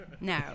no